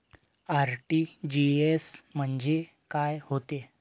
RTGS म्हंजे काय होते?